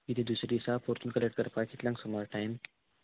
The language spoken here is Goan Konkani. कितें दुसरी दिसा पोरतून कलेक्ट करपाक कितल्यांक सुमार टायम